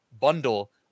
bundle